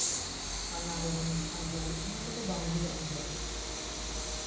ᱟᱱᱟᱨᱚᱥ ᱟᱺᱜᱩᱨ ᱚᱱᱟ ᱠᱚᱫᱚ ᱵᱟᱝ ᱦᱩᱭᱩᱜᱼᱟ ᱱᱚᱸᱰᱮ ᱫᱚ